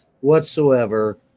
whatsoever